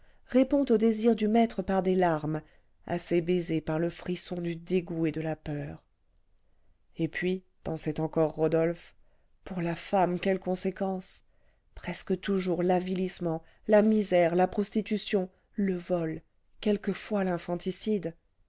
répond aux désirs du maître par des larmes à ses baisers par le frisson du dégoût et de la peur et puis pensait encore rodolphe pour la femme quelles conséquences presque toujours l'avilissement la misère la prostitution le vol quelquefois l'infanticide